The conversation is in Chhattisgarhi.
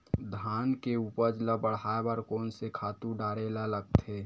धान के उपज ल बढ़ाये बर कोन से खातु डारेल लगथे?